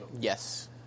Yes